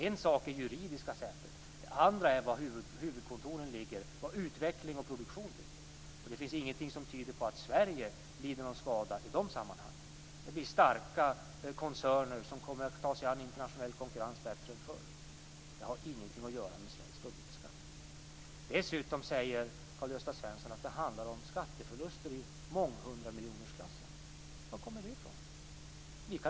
En sak är det juridiska sätet, en annan är var huvudkontoren ligger och var utveckling och produktion finns. Det finns ingenting som tyder på att Sverige lider någon skada i de sammanhangen. Det blir starka koncerner som kommer att ta sig an internationell konkurrens bättre än förr. Detta har ingenting att göra med svensk dubbelbeskattning. Dessutom säger Karl-Gösta Svenson att det handlar om skatteförluster i månghundramiljonersklassen. Var kommer det ifrån?